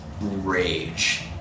rage